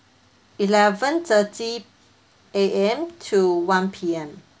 eleven thirty A_M to one P_M